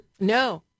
No